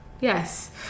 Yes